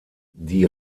die